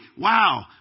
wow